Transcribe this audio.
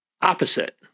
opposite